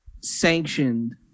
sanctioned